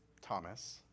Thomas